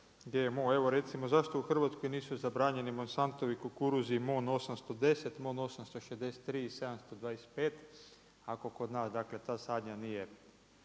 uzgaja GMO, evo recimo zašto u Hrvatskoj nisu zabranjeni Monstantovi kukuruzi, MON 810, MON 863 i 725, ako kod nas dakle, ta sadnja nije